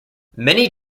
many